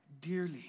dearly